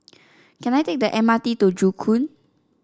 can I take the M R T to Joo Koon